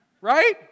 Right